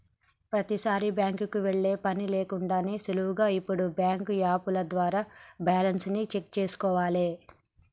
ప్రతీసారీ బ్యాంకుకి వెళ్ళే పని లేకుండానే సులువుగా ఇప్పుడు బ్యాంకు యాపుల ద్వారా బ్యాలెన్స్ ని చెక్ చేసుకోవాలే